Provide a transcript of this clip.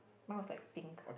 mine was like pink